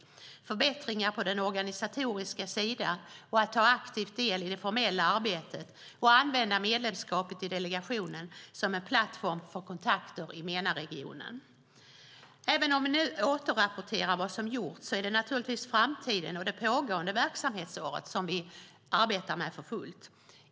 Det handlar om förbättringar på den organisatoriska sidan, ta aktiv del i det formella arbetet och att använda medlemskapet i delegationen som en plattform för kontakter i MENA-regionen. Även om vi nu återrapporterar vad som gjorts är det naturligtvis framtiden och det pågående verksamhetsåret som vi arbetar med för fullt.